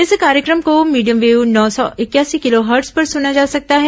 इस कार्यक्रम को मीडियम वेव नौ सौ इकयासी किलोहर्ट्ज पर सुना जा सकता है